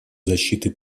защиты